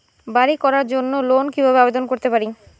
বাড়ি করার জন্য লোন কিভাবে আবেদন করতে পারি?